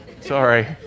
sorry